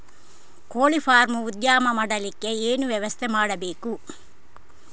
ಕೋಳಿ ಫಾರಂ ಉದ್ಯಮ ಮಾಡಲಿಕ್ಕೆ ಏನು ವ್ಯವಸ್ಥೆ ಮಾಡಬೇಕು?